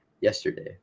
yesterday